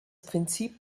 prinzip